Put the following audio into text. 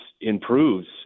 improves